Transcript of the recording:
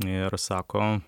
ir sako